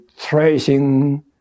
tracing